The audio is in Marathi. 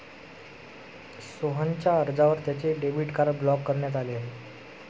सोहनच्या अर्जावर त्याचे डेबिट कार्ड ब्लॉक करण्यात आले आहे